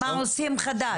מה עושים חדש?